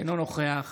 אינו נוכח